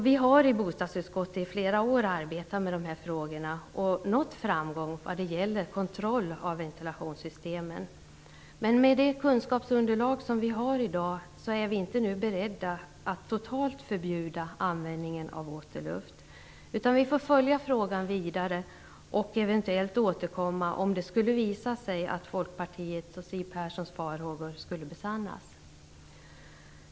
Vi har arbetat med de här frågorna i flera år i bostadsutskottet och nått framgång när det gäller kontroll av ventilationssystemen. Men med det kunskapsunderlag som vi har i dag är vi inte beredda att totalt förbjuda användningen av återluft. Vi får följa frågan vidare och eventuellt återkomma om det skulle visa sig att Folkpartiets och Siw Perssons farhågor besannas.